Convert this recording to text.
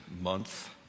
month